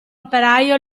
operaio